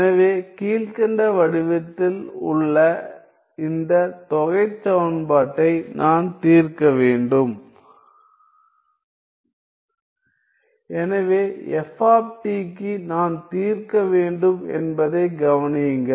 எனவே கீழ்க்கண்ட வடிவத்தில் உள்ள இந்த தொகைச் சமன்பாட்டை நான் தீர்க்க வேண்டும் எனவே f க்கு நான் தீர்க்க வேண்டும் என்பதை கவனியுங்கள்